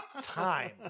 time